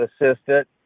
assistant